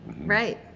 Right